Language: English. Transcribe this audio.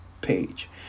page